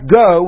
go